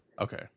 Okay